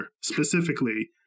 specifically